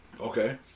Okay